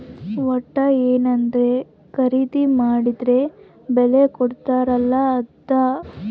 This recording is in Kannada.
ವಟ್ಟ ಯೆನದ್ರ ಖರೀದಿ ಮಾಡಿದ್ರ ಬಿಲ್ ಕೋಡ್ತಾರ ಅಲ ಅದ